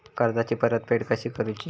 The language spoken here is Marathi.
कर्जाची परतफेड कशी करूची?